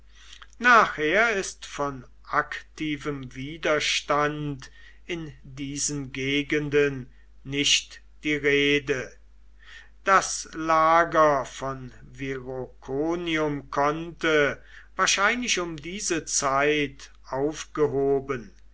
nachher ist von aktivem widerstand in diesen gegenden nicht die rede das lager von viroconium konnte wahrscheinlich um diese zeit aufgehoben